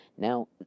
Now